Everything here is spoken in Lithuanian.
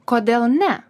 kodėl ne